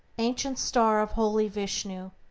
ancient star of holy vishnu,